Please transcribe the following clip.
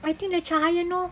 I think the macam you know